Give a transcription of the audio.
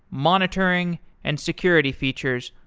monitoring, and security features,